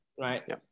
right